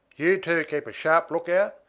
you two keep a sharp look-out,